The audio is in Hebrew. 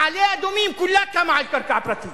מעלה-אדומים כולה קמה על קרקע פרטית.